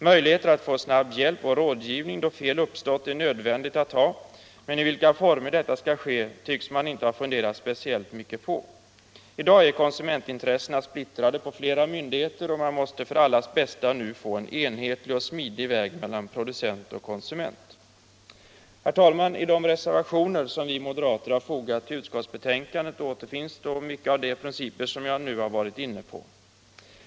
Möjligheter till snabb hjälp och rådgivning då fel uppstått är nödvändiga, men i vilka former detta skall realiseras tycks man inte ha funderat speciellt mycket på. I dag är konsumentintressena splittrade på flera myndigheter, och man måste för allas bästa nu få en enhetlig och smidig väg mellan producent och konsument. Herr talman! I de reservationer som vi moderater har fogat vid utskottsbetänkandet återfinns många av de principer som jag nu varit inne på.